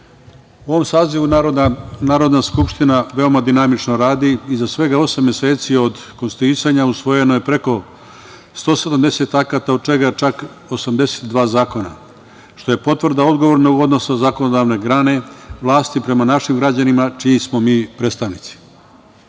u ovom sazivu Narodna skupština veoma dinamično radi i za svega osam meseci od konstituisanja usvojeno je preko 170 akata od čega je čak 82 zakona, što je potvrda odgovornog odnosa zakonodavne grane vlasti prema našim građanima čiji smo mi predstavnici.U